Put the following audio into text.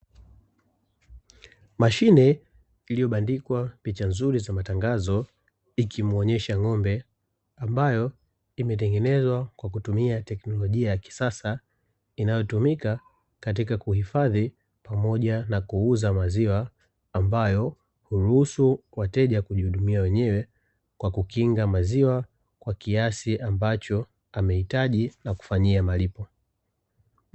Mashine iliyobandikwa picha nzuri za matangazo ikimuonyesha ng'ombe, ambayo imetengenezwa kwa kutumia teknolojia ya kisasa; inayotumika katika kuhifadhi pamoja na kuuza maziwa, ambayo huruhusu wateja kujihudumia wenyewe kwa kukinga maziwa kwa kiasi ambacho amehitaji na kufanyia malipo.